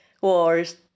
wars